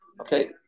Okay